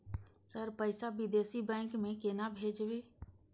Sir पैसा विदेशी bank में केना भेजबे?